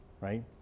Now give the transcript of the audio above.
right